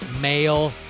male